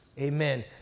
amen